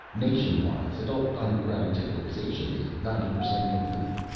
nationwise, adult underground ticklerization is ninety per cent complete.